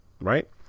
Right